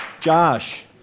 Josh